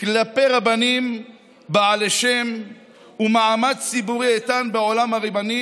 כלפי רבנים בעלי שם ומעמד ציבורי איתן בעולם הרבני,